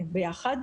יושבים כאן ביחד.